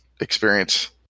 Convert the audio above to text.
experience